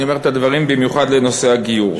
אני אומר את הדברים במיוחד לנושא הגיור.